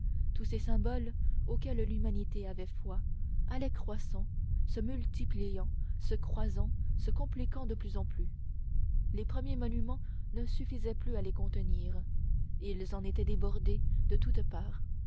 tous ces symboles auxquels l'humanité avait foi allaient croissant se multipliant se croisant se compliquant de plus en plus les premiers monuments ne suffisaient plus à les contenir ils en étaient débordés de toutes parts